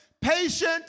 Patient